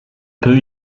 peut